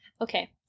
okay